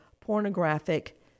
pornographic